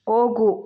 ಹೋಗು